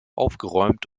aufgeräumt